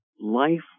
life